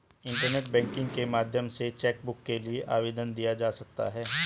internet banking के माध्यम से चैकबुक के लिए आवेदन दिया जा सकता है